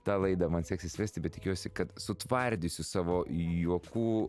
tą laidą man seksis vesti bet tikiuosi kad sutvardysiu savo juokų